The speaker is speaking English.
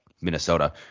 Minnesota